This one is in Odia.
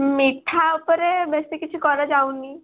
ମିଠା ଉପରେ ବେଶୀ କିଛି କରାଯାଉନି